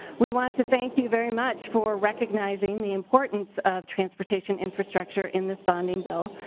we want to thank you very much for recognizing the importance of transportation infrastructure in this bonding bill.